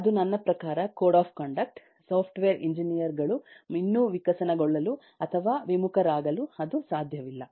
ಅದು ನನ್ನ ಪ್ರಕಾರ code of conduct software engineer ಗಳು ಇನ್ನೂ ವಿಕಸನಗೊಳ್ಳಲು ಅಥವಾ ವಿಮುಖರಾಗಲು ಅದು ಸಾಧ್ಯವಿಲ್ಲ